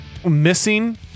missing